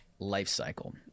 lifecycle